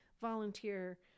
volunteer